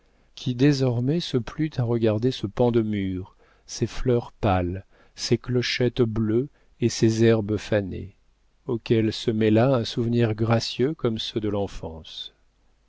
qui désormais se plut à regarder ce pan de mur ses fleurs pâles ses clochettes bleues et ses herbes fanées auxquelles se mêla un souvenir gracieux comme ceux de l'enfance